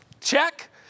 check